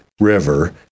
River